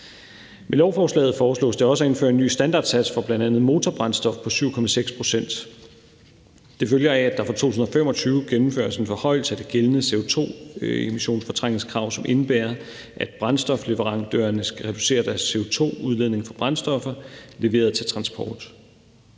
Med lovforslaget foreslås det også at indføre en ny standardsats for bl.a. motorbrændstof på 7,6 pct. Det følger af, at der fra 2025 gennemføres en forhøjelse af det gældende CO2-emissionsfortrængningskrav, som indebærer, at brændstofleverandørerne skal reducere deres CO2-udledning fra brændstoffer leveret til transport.